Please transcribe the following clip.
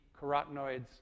carotenoids